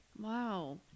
Wow